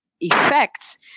effects